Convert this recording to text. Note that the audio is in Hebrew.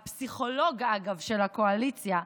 אגב, הפסיכולוג של הקואליציה,